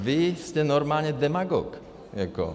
Vy jste normální demagog, jako.